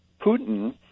Putin